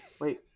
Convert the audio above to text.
Wait